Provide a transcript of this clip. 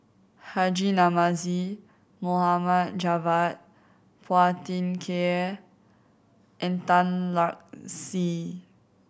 Haji Namazie Mohd Javad Phua Thin Kiay and Tan Lark Sye